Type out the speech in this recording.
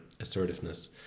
assertiveness